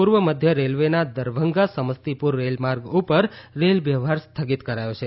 પૂર્વ મધ્ય રેલવેના દરભંગા સમસ્તીપુર રેલમાર્ગ ઉપર રેલ વ્યવહાર સ્થગિત કરાયો છે